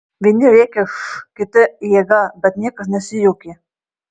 vieni rėkė š kiti jėga bet niekas nesijuokė